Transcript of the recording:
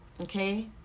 Okay